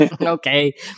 Okay